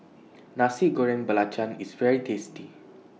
Nasi Goreng Belacan IS very tasty